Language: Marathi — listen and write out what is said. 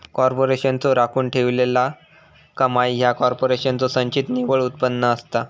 कॉर्पोरेशनचो राखून ठेवलेला कमाई ह्या कॉर्पोरेशनचो संचित निव्वळ उत्पन्न असता